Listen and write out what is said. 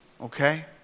okay